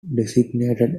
designated